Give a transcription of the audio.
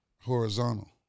horizontal